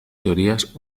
teorías